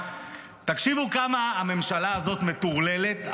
תקשיבו כמה הממשלה הזאת מטורללת,